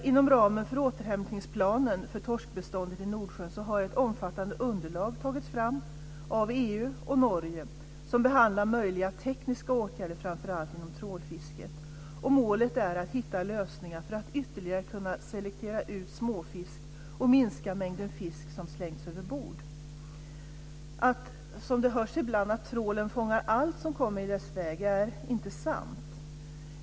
Inom ramen för återhämtningsplanen för torskbeståndet i Nordsjön har ett omfattande underlag tagits fram av EU och Norge där man behandlar möjliga, framför allt tekniska, åtgärder inom trålfisket. Målet är att hitta lösningar för att ytterligare kunna selektera ut småfisk och minska mängden fisk som slängs överbord. Ibland hör man att trålen fångar allt som kommer i dess väg. Det är inte sant.